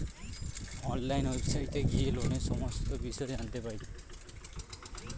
online ওয়েবসাইটে গিয়ে লোনের সমস্ত বিষয় জানতে পাই